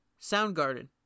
Soundgarden